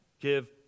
give